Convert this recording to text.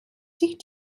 sich